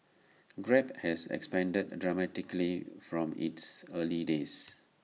grab has expanded dramatically from its early days